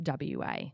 WA